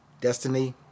destiny